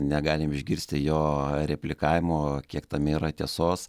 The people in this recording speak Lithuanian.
negalim išgirsti jo replikavimo kiek tame yra tiesos